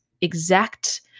exact